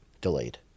Delayed